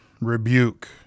rebuke